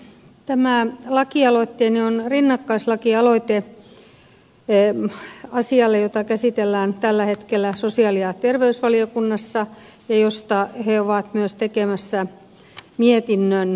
tämä lakialoitteeni on rinnakkaislakialoite asialle jota käsitellään tällä hetkellä sosiaali ja terveysvaliokunnassa ja josta valiokunta on myös tekemässä mietinnön